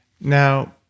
Now